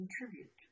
contribute